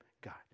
God